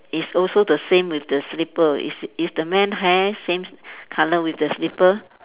is also the same with the slipper is it is the man hair same colour with the slipper